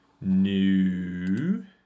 new